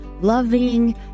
loving